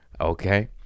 Okay